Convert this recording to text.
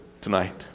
tonight